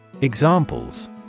Examples